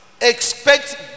Expect